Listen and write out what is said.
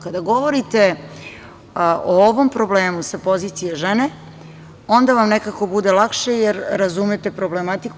Kada govorite o ovom problemu sa pozicije žene, onda vam nekako bude lakše jer razumete problematiku.